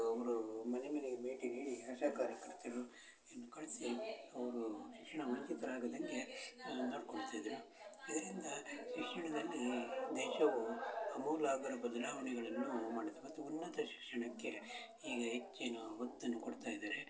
ಒಬ್ಬರು ಮನೆ ಮನೆಗೆ ಭೇಟಿ ನೀಡಿ ಆಶಾ ಕಾರ್ಯಕರ್ತರು ಇನ್ನು ಕಳಿಸಿ ಅವ್ರು ಶಿಕ್ಷಣ ವಂಚಿತರಾಗದಾಗೆ ನೋಡಿಕೊಳ್ತ ಇದ್ದೀರ ಇದರಿಂದ ಶಿಕ್ಷಣದಲ್ಲಿ ದೇಶವು ಅಮೂಲಾಗ್ರ ಬದಲಾವಣೆಗಳನ್ನು ಮಾಡಿದೆ ಮತ್ತೆ ಉನ್ನತ ಶಿಕ್ಷಣಕ್ಕೆ ಈಗ ಹೆಚ್ಚಿನ ಒತ್ತನ್ನು ಕೊಡ್ತಾ ಇದ್ದಾರೆ